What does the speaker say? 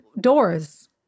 doors